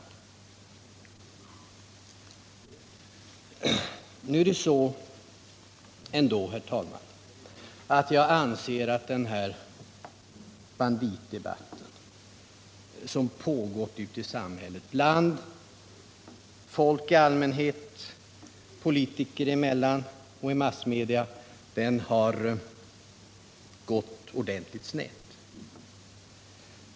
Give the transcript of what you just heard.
Det är ändå så, herr talman, att jag anser att den här banditdebatten, som förts ute i samhället bland folk i allmänhet, politiker emellan och i massmedia, har gått ordentligt snett.